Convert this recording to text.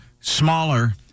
smaller